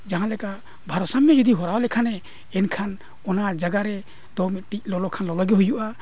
ᱡᱟᱦᱟᱸ ᱞᱮᱠᱟ ᱵᱷᱟᱨᱥᱟᱢᱢᱚ ᱡᱩᱫᱤ ᱦᱟᱨᱟᱣ ᱞᱮᱠᱷᱟᱱᱮ ᱮᱱᱠᱷᱟᱱ ᱚᱱᱟ ᱡᱟᱭᱜᱟ ᱨᱮᱫᱚ ᱢᱤᱫᱴᱤᱡ ᱞᱚᱞᱚ ᱠᱷᱟᱱ ᱞᱚᱞᱚᱜᱮ ᱦᱩᱭᱩᱜᱼᱟ